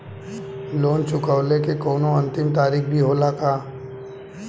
Loan चुकवले के कौनो अंतिम तारीख भी होला का?